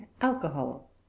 alcohol